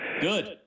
Good